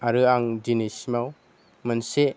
आरो आं दिनैसिमाव मोनसे